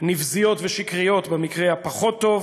ונבזיות ושקריות במקרה הפחות-טוב.